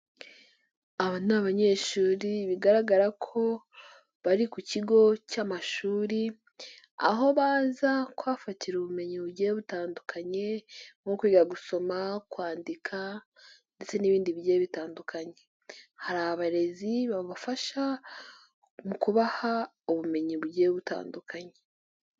Aba ni abanyeshuri, bigaragara ko bari ku kigo cy'amashuri aho baza kuhafatira ubumenyi bugiye butandukanye, nko kwiga gusoma, kwandika, ndetse n'ibindi bi bitandukanye. Hari abarezi babafasha mu kubaha ubumenyi bugiye butandukanye.